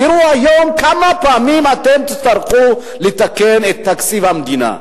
תראו כמה פעמים תצטרכו לתקן את תקציב המדינה.